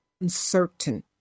uncertain